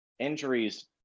Injuries